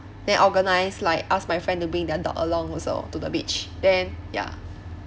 then organize like ask my friend to bring their dog along also to the beach then ya